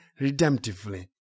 redemptively